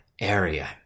area